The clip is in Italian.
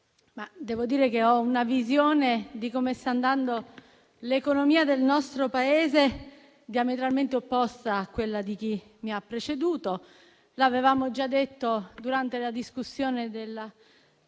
Presidente, io ho una visione di come sta andando l'economia del nostro Paese diametralmente opposta a quella di chi mi ha preceduto. Avevamo già detto durante la discussione dello